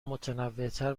متنوعتر